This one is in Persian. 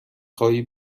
خواهی